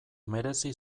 merezi